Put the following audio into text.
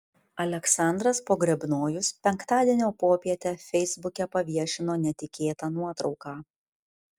aleksandras pogrebnojus penktadienio popietę feisbuke paviešino netikėtą nuotrauką